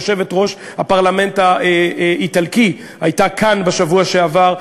יושבת-ראש הפרלמנט האיטלקי הייתה כאן בשבוע שעבר.